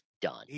done